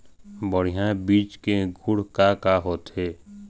बढ़िया बीज के गुण का का होथे?